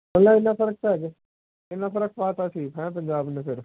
ਇਕੱਲਾ ਇੰਨਾਂ ਫਰਕ ਗਿਆ ਇੰਨਾਂ ਫਰਕ ਪਾਤਾ ਸੀ ਹੈਂ ਪੰਜਾਬ ਨੇ ਫਿਰ